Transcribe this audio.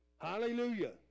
hallelujah